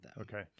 Okay